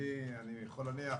אני יכול להניח